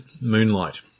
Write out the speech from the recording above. Moonlight